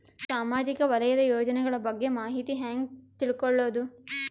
ಸಾಮಾಜಿಕ ವಲಯದ ಯೋಜನೆಗಳ ಬಗ್ಗೆ ಮಾಹಿತಿ ಹ್ಯಾಂಗ ತಿಳ್ಕೊಳ್ಳುದು?